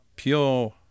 Pure